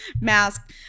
mask